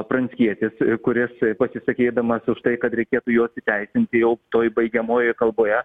pranckietis kuris pasisakydamas už tai kad reikėtų juos įteisinti jau toj baigiamojoj kalboje